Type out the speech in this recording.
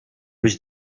byś